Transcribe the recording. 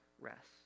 rest